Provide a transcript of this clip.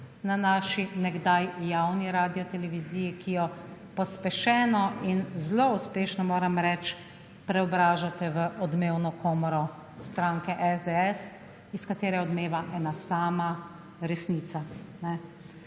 na naši nekdaj javni radioteleviziji, ki jo pospešeno in zelo uspešno, moram reči, preobražate v odmevno komoro stranke SDS, iz katere odmeva ena sama resnica.